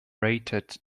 rated